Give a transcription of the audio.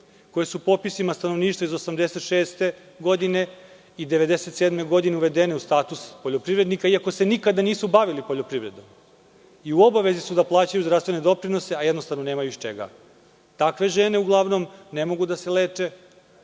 koje su popisima stanovništva iz 1986. godine i 1997. godine uvedene u status poljoprivrednika, iako se nikada nisu bavili poljoprivredom i obavezi su da plaćaju zdravstvene doprinose, a nemaju iz čega. Takve žene uglavnom ne mogu da se leče,